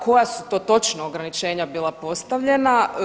Koja su to točno ograničenja bila postavljenja?